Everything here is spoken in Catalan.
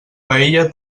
paella